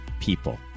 people